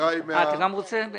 חבריי מהממשלה, אני רוצה לומר